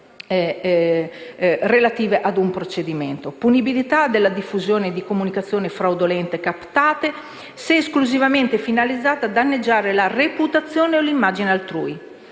punibilità della diffusione di comunicazioni fraudolentemente captate, se esclusivamente finalizzata a danneggiare la reputazione o l'immagine altrui.